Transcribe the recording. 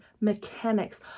mechanics